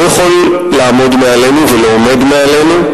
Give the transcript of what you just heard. לא יכול לעמוד מעלינו ולא עומד מעלינו,